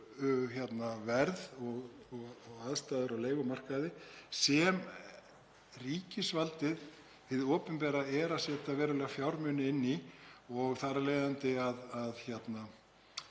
leiguverð og aðstæður á leigumarkaði sem ríkisvaldið, hið opinbera, er að setja verulega fjármuni inn í. Þar af leiðandi skiptir